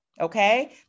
Okay